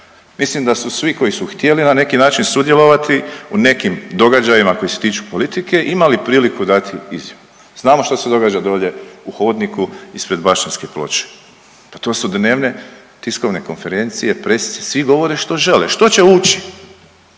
Mislim da su svi koji su htjeli na neki način sudjelovati u nekim događajima koji se tiču politike imali priliku dati izjavu. Znamo što se događa dolje u hodniku ispred Bašćanske ploče. Pa to su dnevne tiskovne konferencije, presice, svi govore što žele, što će ući,